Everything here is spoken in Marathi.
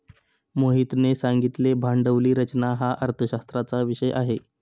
मोहितने सांगितले भांडवली रचना हा अर्थशास्त्राचा विषय आहे